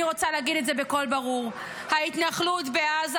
אני רוצה להגיד את זה בקול ברור: ההתנחלות בעזה